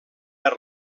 per